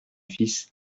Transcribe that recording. fils